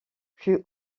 plut